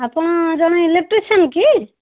ଆପଣ ଜଣେ ଇଲେକ୍ଟ୍ରିସିଆନ୍ କି